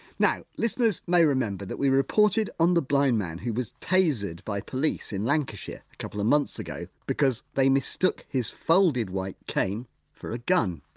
now listeners may remember that we reported on the blind man who was tasered by police in lancashire a couple of months ago because they mistook his folded white cane for a gun.